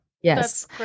Yes